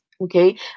Okay